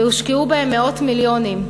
והושקעו בהם מאות מיליונים.